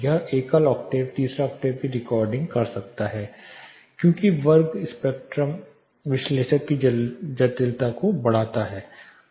यह एकल ऑक्टेव तीसरा ऑक्टेव को रिकॉर्ड कर सकता है क्योंकि वर्ग स्पेक्ट्रम विश्लेषक की जटिलता को बढ़ाता है